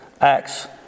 Acts